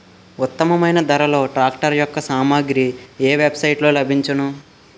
ఉత్తమమైన ధరలో ట్రాక్టర్ యెక్క సామాగ్రి ఏ వెబ్ సైట్ లో లభించును?